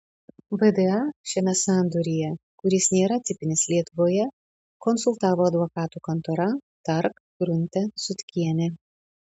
vda šiame sandoryje kuris nėra tipinis lietuvoje konsultavo advokatų kontora tark grunte sutkienė